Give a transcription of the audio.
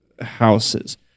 houses